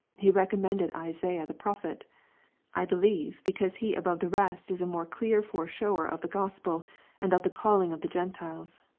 he recommended isaiah the prophet i believe, because he above the rest is a more clear foreshewer of the gospel and of the calling of the gentiles.